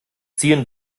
ziehen